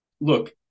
look